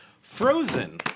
Frozen